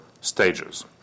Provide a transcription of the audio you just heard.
stages